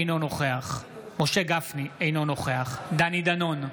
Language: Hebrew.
אינו נוכח משה גפני, אינו נוכח דני דנון,